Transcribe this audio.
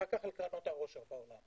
ואחר כך על קרנות העושר בעולם.